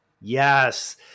Yes